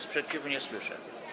Sprzeciwu nie słyszę.